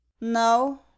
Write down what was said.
No